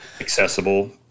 accessible